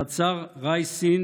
חצר רייסין,